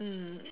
mm